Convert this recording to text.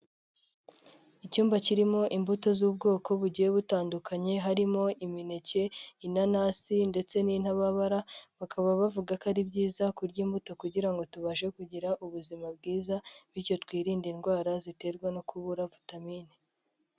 Icyumba kirimo imbuto z'ubwoko bugiye butandukanye, harimo imineke, inanasi ndetse n'intababara, bakaba bavuga ko ari byiza kurya imbuto, kugira ngo tubashe kugira ubuzima bwiza, bityo twirinde indwara ziterwa no kubura vitamine.